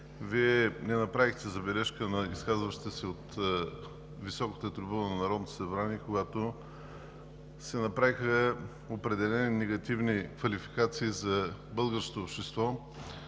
Вие не направихте забележка на изказващите се от високата трибуна на Народното събрание, когато се направиха определени негативни квалификации за българското общество.